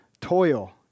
Toil